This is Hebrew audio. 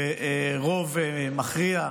ברוב מכריע,